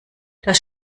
das